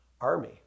army